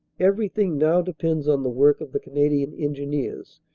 everything now depends on the work of the canadian engineers,